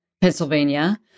Pennsylvania